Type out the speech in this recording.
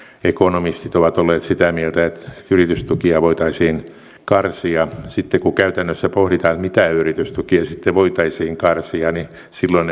ekonomistit ovat olleet sitä mieltä että yritystukia voitaisiin karsia sitten kun käytännössä pohditaan mitä yritystukia sitten voitaisiin karsia niin silloin